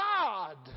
God